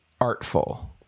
artful